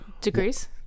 degrees